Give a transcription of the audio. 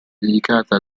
dedicata